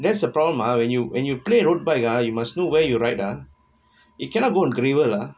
that's the problem ah when you when you play road bike ah you must know where you ride ah it cannot go on